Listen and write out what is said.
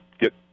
get